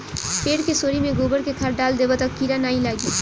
पेड़ के सोरी में गोबर के खाद डाल देबअ तअ कीरा नाइ लागी